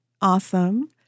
awesome